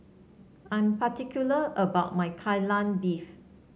I am particular about my Kai Lan Beef